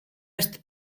эрт